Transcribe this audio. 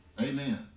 amen